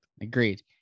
Agreed